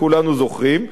כולנו זוכרים.